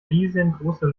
riesengroße